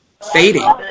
fading